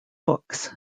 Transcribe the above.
books